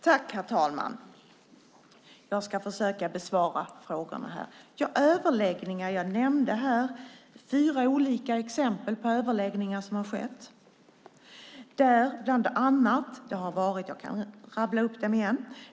Herr talman! Jag ska försöka besvara frågorna. Jag nämnde fyra olika exempel på överläggningar som har skett. Jag kan rabbla upp dem igen.